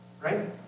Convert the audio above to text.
right